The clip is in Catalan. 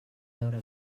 veure